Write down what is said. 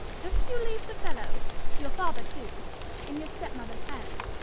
just you leave the fellow your father too in your step-mother's hands.